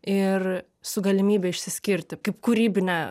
ir su galimybe išsiskirti kaip kūrybinė